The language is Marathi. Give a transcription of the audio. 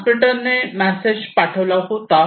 ट्रान्समीटरने मेसेज पाठवला होता